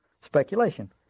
speculation